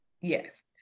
yes